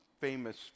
famous